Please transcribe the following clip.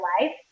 life